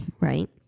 right